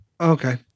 Okay